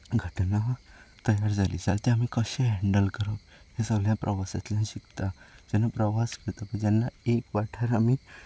घटना तयार जाली जाल्यार तें आमी कशें हेंडल करप हे सगळें प्रवासांतल्यान शिकता जेन्ना प्रवास करता पळय जेन्ना एक वाठार आमी